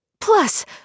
Plus